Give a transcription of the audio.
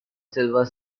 silver